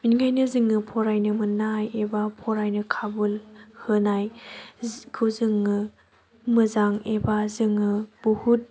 बिनिखायनो जोङो फरायनो मोननाय एबा फरायनो खाबु होनायखौ जोङो मोजां एबा जोङो बहुद